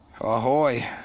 Ahoy